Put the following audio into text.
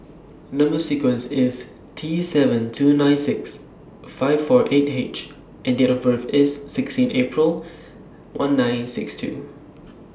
Number sequence IS T seven two nine six five four eight H and Date of birth IS sixteen April one nine six two